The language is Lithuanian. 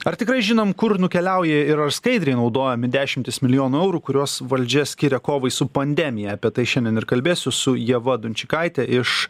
ar tikrai žinom kur nukeliauja ir skaidriai naudojami dešimtys milijonų eurų kuriuos valdžia skiria kovai su pandemija apie tai šiandien ir kalbėsiu su ieva dunčikaite iš